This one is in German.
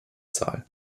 zahl